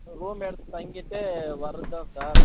room எடுத்து தங்கிவிட்டு வர்றதுதான் சார்